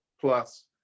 plus